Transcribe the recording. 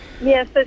Yes